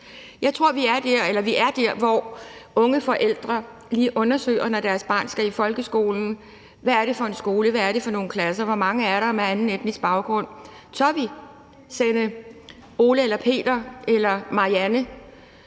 skyld. Vi er der, hvor unge forældre lige undersøger, når deres barn skal i folkeskolen, hvad det er for en skole, hvad det er for nogle klasser, og hvor mange med anden etnisk baggrund der er. Tør vi sende Ole, Peter, Marianne,